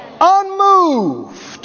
unmoved